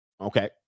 Okay